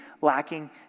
lacking